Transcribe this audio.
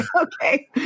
Okay